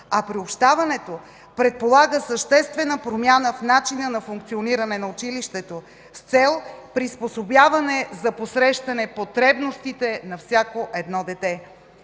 а приобщаването предполага съществена промяна в начина на функциониране на училището с цел приспособяване за посрещане потребностите на всяко едно дете.